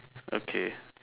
okay